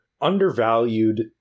undervalued